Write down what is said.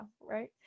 Right